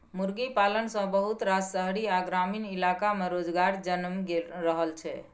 मुर्गी पालन सँ बहुत रास शहरी आ ग्रामीण इलाका में रोजगार जनमि रहल छै